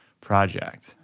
project